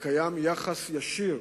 ויש יחס ישיר